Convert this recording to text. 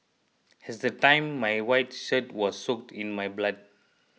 it's the time my white shirt was soaked in my blood